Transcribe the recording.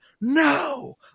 no